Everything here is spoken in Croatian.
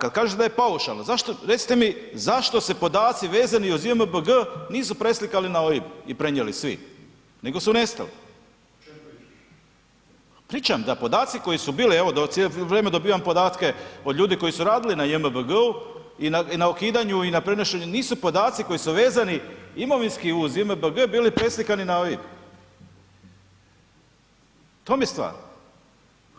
Kad kažete da je paušalna, zašto, recite mi zašto se podaci vezani uz JMBG nisu preslikali na OIB i prenijeli svi, nego su nestali? … [[Upadica iz klupe se ne čuje]] Pričam da, podaci koji su bili evo cijelo vrijeme dobivam podatke od ljudi koji su radili na JMBG-u i na ukidanju i na prenošenju, nisu podaci koji su vezani imovinski uz JMBG bili preslikani na OIB, u tom je stvar,